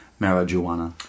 marijuana